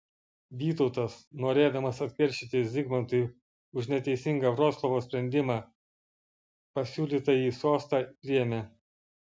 vytautas norėdamas atkeršyti zigmantui už neteisingą vroclavo sprendimą pasiūlytąjį sostą priėmė